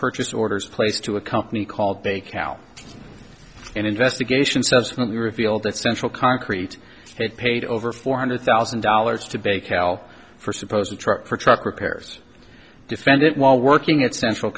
purchase orders placed to a company called bay cal an investigation subsequently revealed that central concrete had paid over four hundred thousand dollars to bake al for suppose a truck or truck repairs defendant while working at central